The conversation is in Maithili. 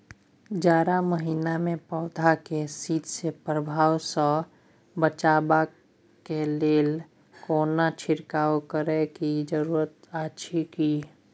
जारा महिना मे पौधा के शीत के प्रभाव सॅ बचाबय के लेल कोनो छिरकाव करय के जरूरी अछि की?